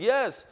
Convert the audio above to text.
Yes